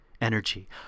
energy